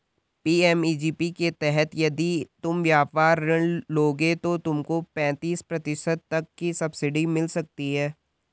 PMEGP के तहत यदि तुम व्यापार ऋण लोगे तो तुमको पैंतीस प्रतिशत तक की सब्सिडी मिल सकती है